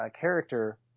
character